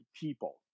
people